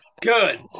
Good